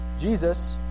Jesus